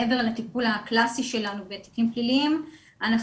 מעבר לטיפול הקלאסי שלנו בתיקים פליליים אנחנו